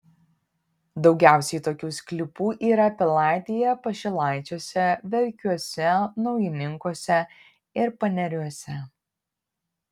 daugiausiai tokių sklypų yra pilaitėje pašilaičiuose verkiuose naujininkuose ir paneriuose